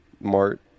mart